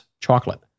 Chocolate